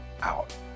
out